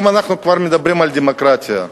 אם אנחנו כבר מדברים על דמוקרטיה,